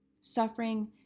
suffering